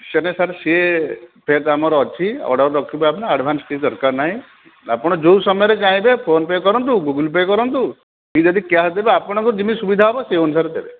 ସେଇଟା ସାର୍ ସେ ଫେତ୍ ଆମର ଅଛି ଅର୍ଡ଼ର୍ ରଖିବୁ ଆମେ ଆଡ଼୍ଭାନ୍ସ୍ କିଛି ଦରକାର ନାହିଁ ଆପଣ ଯେଉଁ ସମୟରେ ଚାହିଁବେ ଫୋନ୍ପେ' କରନ୍ତୁ ଗୁଗୁଲ୍ ପେ' କରନ୍ତୁ କି ଯଦି କ୍ୟାସ୍ ଦେବେ ଆପଣଙ୍କର ଯେମିତି ସୁବିଧା ହେବ ସେହି ଅନୁସାରେ ଦେବେ